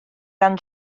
gan